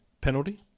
penalty